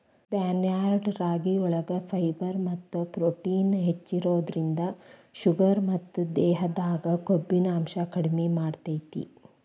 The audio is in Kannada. ಬಾರ್ನ್ಯಾರ್ಡ್ ರಾಗಿಯೊಳಗ ಫೈಬರ್ ಮತ್ತ ಪ್ರೊಟೇನ್ ಹೆಚ್ಚಿರೋದ್ರಿಂದ ಶುಗರ್ ಮತ್ತ ದೇಹದಾಗ ಕೊಬ್ಬಿನಾಂಶ ಕಡಿಮೆ ಮಾಡ್ತೆತಿ